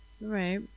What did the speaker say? right